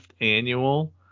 annual